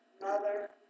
mother